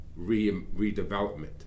redevelopment